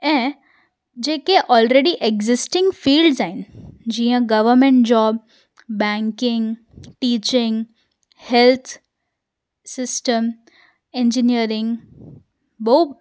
ऐं जेके already existing fields आहिनि जीअं government job banking teaching health system engineering बोप